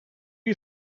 you